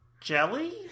jelly